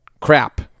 Crap